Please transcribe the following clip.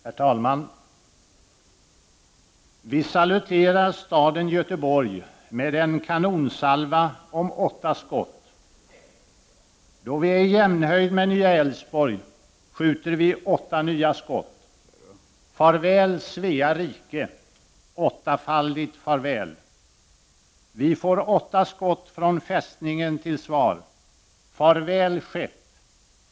Herr talman! Under mitt anförande kommer bilder att visas som illustration. ”Vi saluterar staden Götheborg med en kanonsalva om åtta skott. Då vi är i jämnhöjd med Nya Älvsborg skjuter vi åtta nya skott: Farväl Svea Rike! .. Åttafaldigt farväl! Vi får åtta skott från fästningen till svar: Farväl Skepp! ..